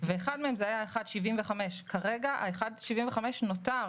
ואחד מהם היה 1.75%. כרגע ה-1.75% נותר,